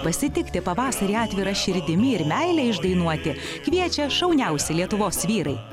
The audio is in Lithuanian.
pasitikti pavasarį atvira širdimi ir meilę išdainuoti kviečia šauniausi lietuvos vyrai